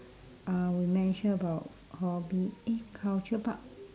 uh we mention about hobby eh culture but